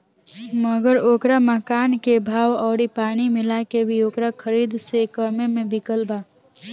मगर ओकरा मकान के भाव अउरी पानी मिला के भी ओकरा खरीद से कम्मे मे बिकल बा